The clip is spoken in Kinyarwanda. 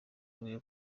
wavuze